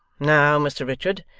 now, mr richard,